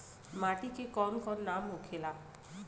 माटी के कौन कौन नाम होखेला?